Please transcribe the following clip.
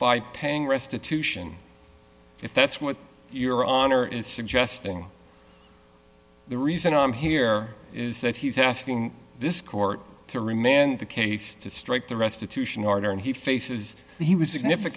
by paying restitution if that's what your honor is suggesting the reason i'm here is that he's asking this court to remand the case to strike the restitution order and he faces he was